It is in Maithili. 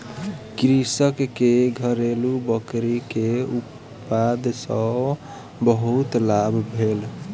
कृषक के घरेलु बकरी के उत्पाद सॅ बहुत लाभ भेल